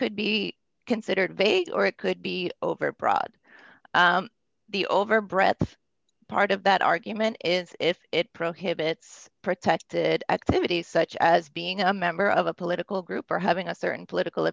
could be considered bait or it could be overbroad the over breath part of that argument is if it prohibits protected activities such as being a member of a political group or having a certain political